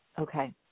Okay